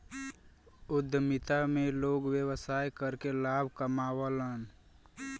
उद्यमिता में लोग व्यवसाय करके लाभ कमावलन